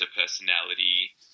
personality